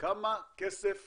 כמה כסף